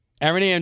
Erin